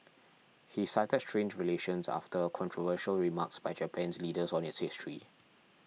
he cited strained relations after controversial remarks by Japan's leaders on its history